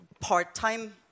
part-time